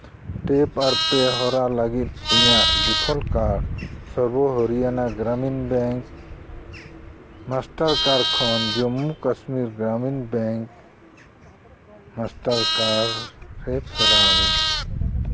tap ᱟᱨ pay ᱦᱚᱨᱟ ᱞᱟᱹᱜᱤᱫ ᱤᱧᱟᱹᱜ ᱰᱤᱯᱷᱚᱞᱴ ᱠᱟᱨᱰ ᱥᱚᱨᱵᱚ Haryana Gramin bank Mastercard ᱠᱷᱚᱱ Jammu Kashmir Gramin bank Mastercard ᱨᱮ ᱯᱷᱮᱨᱟᱣ ᱢᱮ